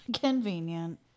Convenient